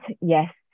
Yes